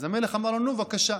אז המלך אמר לו: נו, בבקשה.